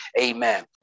Amen